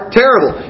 terrible